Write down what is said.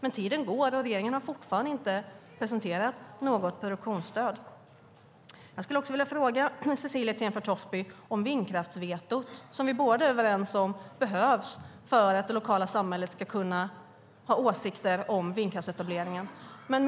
Men tiden går, och regeringen har fortfarande inte presenterat något förslag till produktionsstöd. Jag skulle vilja fråga Cecilie Tenfjord-Toftby även om vindkraftsvetot, som vi är överens om behövs för att det lokala samhället ska kunna ha åsikter som vindkraftsetableringen.